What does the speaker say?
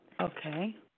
Okay